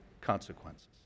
consequences